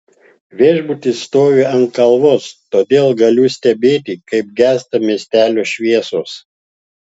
viešbutis stovi ant kalvos todėl galiu stebėti kaip gęsta miestelio šviesos